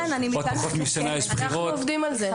אנחנו עובדים על זה,